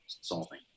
solving